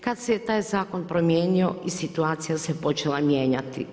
Kada se je taj zakon promijenio i situacija se počela mijenjati.